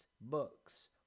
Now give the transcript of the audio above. books